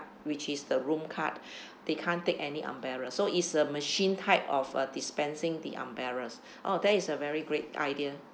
which is the room card they can't take any umbrella so it's a machine type of uh dispensing the umbrellas oh that is a very great idea